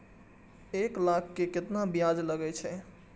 एक लाख के केतना ब्याज लगे छै?